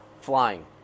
flying